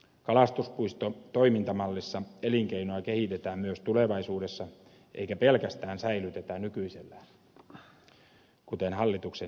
kalastuspuisto toimintamallissa elinkeinoa kehitetään myös tulevaisuudessa eikä pelkästään säilytetä nykyisellään kuten hallituksen esityksessä kirjataan